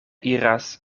iras